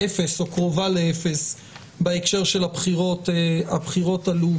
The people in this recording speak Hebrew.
אפס או קרובה לאפס בהקשר של הבחירות הלאומיות.